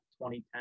2010